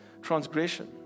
Transgression